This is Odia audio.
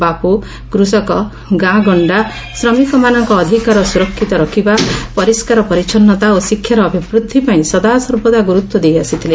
ବାପୁ କୃଷକ ଗାଁଗଣ୍ଡା ଶ୍ରମିକମାନଙ୍କ ଅଧିକାର ସୁରକ୍ଷିତ ରଖିବା ପରିଷ୍କାର ପରିଚ୍ଛନ୍ନତା ଓ ଶିକ୍ଷାର ଅଭିବୃଦ୍ଧି ପାଇଁ ସଦାସର୍ବଦା ଗୁରୁତ୍ୱ ଦେଇ ଆସିଥିଲେ